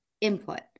input